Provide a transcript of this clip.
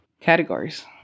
categories